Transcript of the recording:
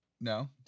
No